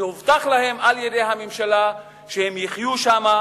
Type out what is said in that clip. שהובטח להם על-ידי הממשלה שהם יחיו שם,